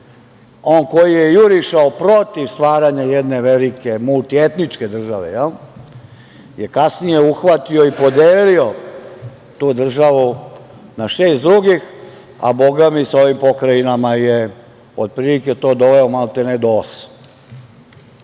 koji je jurišao protiv stvaranja jedne velike, multietničke države je kasnije uhvatio i podelio tu državu na šest drugih, a Boga mi sa ovim pokrajinama je, otprilike to doveo maltene do